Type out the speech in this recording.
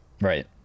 Right